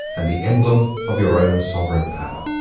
and the emblem of your own sovereign power.